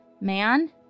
Man